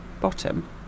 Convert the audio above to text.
bottom